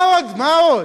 מה עוד?